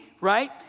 right